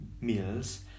meals